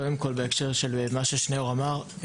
קודם כל בהקשר של מה ששניאור אמר,